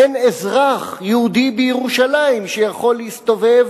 אין אזרח יהודי בירושלים שיכול להסתובב